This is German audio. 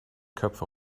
köpfe